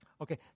Okay